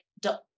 dot